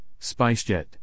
Spicejet